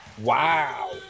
wow